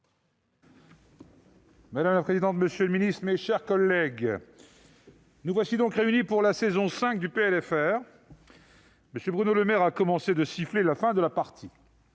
Madame la présidente, monsieur le ministre, mes chers collègues, nous voici donc réunis pour la saison 5 du PLFR ! M. Bruno Le Maire a commencé de siffler la fin de la partie.